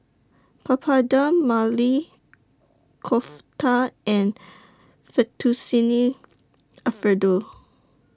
Papadum Maili Kofta and Fettuccine Alfredo